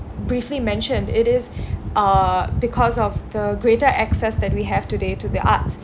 briefly mentioned it is uh because of the greater access that we have today to the arts